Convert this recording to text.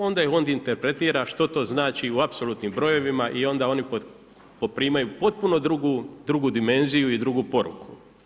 Onda ih on interpretira što to znači u apsolutnim brojevima i onda oni poprimaju potpunu drugu dimenziju i drugu poruku.